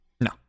No